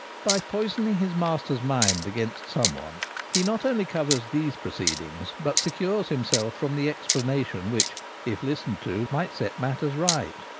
by poisoning his master's mind against some one he not only covers these proceedings but secures him self from the explanation which if listened to might set matters right.